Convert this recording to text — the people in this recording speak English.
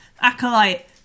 acolyte